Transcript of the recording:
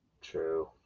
True